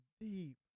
deep